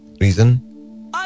Reason